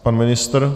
Pan ministr?